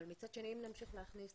אבל מצד שני אם נמשיך להכניס,